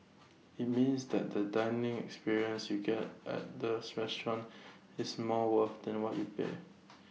IT means that the dining experience you get at the restaurant is more worth than what you pay